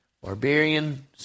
barbarian